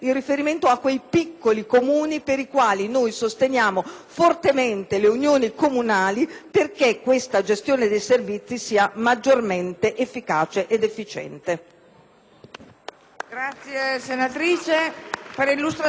fortemente le unioni comunali, perché questa gestione dei servizi sia maggiormente efficace ed efficiente.